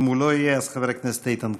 אם הוא לא יהיה, אז חבר הכנסת איתן כבל.